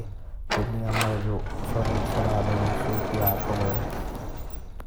इलाके मुँज सकु करे।